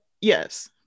yes